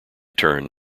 turn